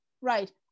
right